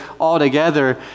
altogether